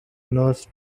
nurse